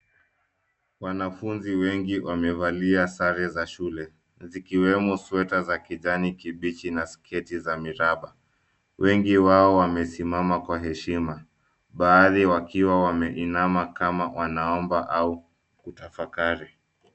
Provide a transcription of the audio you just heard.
Wanafunzi wengi wamevalia sare za shule; zikiwemo sweta za kijani kibichi na sketi za miraba. Wengi wao wamesimama kwa heshima. Baadhi wakiwa wameinama kama wanaomba au kutafakari.